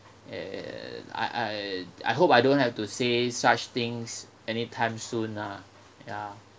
and I I I hope I don't have to say such things anytime soon ah ya